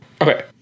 Okay